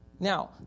Now